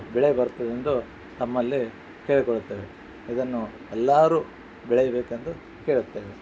ಬೆಳೆ ಬರ್ತದೆಂದು ತಮ್ಮಲ್ಲಿ ಕೇಳಿಕೊಳ್ಳುತ್ತೇವೆ ಇದನ್ನು ಎಲ್ಲರು ಬೆಳೆಯಬೇಕೆಂದು ಕೇಳುತ್ತೇವೆ